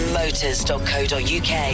motors.co.uk